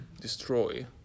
destroy